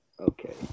Okay